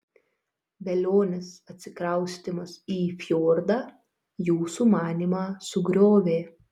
velionės atsikraustymas į fjordą jų sumanymą sugriovė